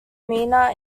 mina